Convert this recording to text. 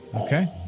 Okay